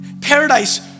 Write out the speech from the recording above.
paradise